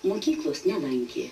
mokyklos nelankė